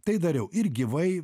tai dariau ir gyvai